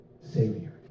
Savior